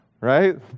right